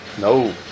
No